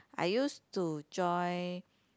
I used to join